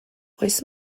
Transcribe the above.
oes